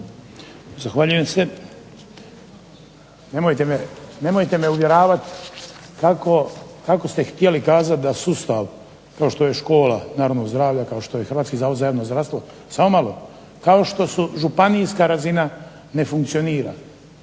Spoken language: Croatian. Zahvaljujem se. Nemojte me uvjeravati kako ste htjeli kazati da sustav kao što je škola naravno zdravlja kao što je Hrvatski zavod za javno zdravstvo, samo malo, kao što su županijska razina ne funkcionira.